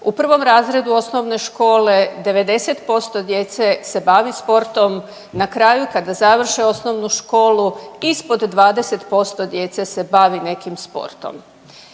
U prvom razredu osnovne škole 90% djece se bavi sportom, na kraju kada završe osnovnu školu ispod 20% djece se bavi nekim sportom.